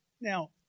Now